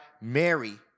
Mary